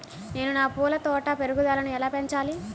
నేను నా పూల తోట పెరుగుదలను ఎలా పెంచాలి?